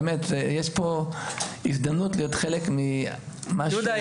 באמת יש פה הזדמנות להיות חלק ממשהו --- יהודה,